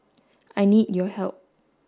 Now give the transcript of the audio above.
I need your help